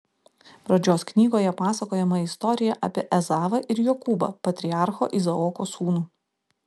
pradžios knygoje pasakojama istorija apie ezavą ir jokūbą patriarcho izaoko sūnų